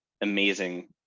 amazing